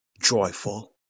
joyful